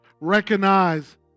recognize